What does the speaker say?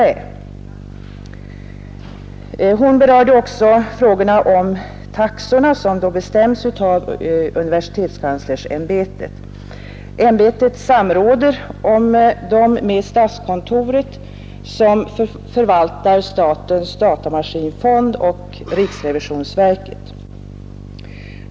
Fru Sundberg berörde också frågorna om taxorna, som bestäms av universitetskanslersämbetet. Ämbetet samråder om dem med statskontoret, som förvaltar statens datamaskinfond, och riksrevisionsverket.